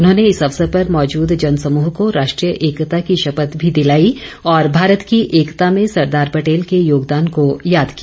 उन्होंने इस अवसर पर मौजूद जनसमूह को राष्ट्रीय एकता की शपथ भी दिलाई और भारत की एकता में सरदार पटेल के योगदान को याद किया